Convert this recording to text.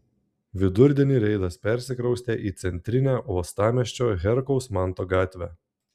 vidurdienį reidas persikraustė į centrinę uostamiesčio herkaus manto gatvę